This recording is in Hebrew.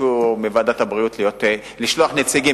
תבקשו מוועדת הבריאות לשלוח נציגים.